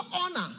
honor